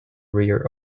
rear